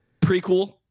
Prequel